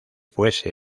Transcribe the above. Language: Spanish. fuese